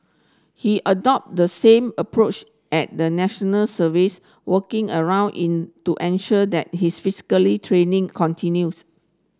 he adopted the same approach at the National Service working around in to ensure that his physically training continues